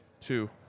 two